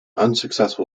unsuccessful